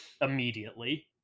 immediately